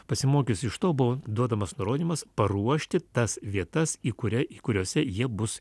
pasimokius iš to buvo duodamas nurodymas paruošti tas vietas į kurią į kuriose jie bus